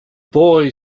boy